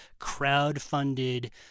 crowdfunded